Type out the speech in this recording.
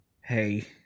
hey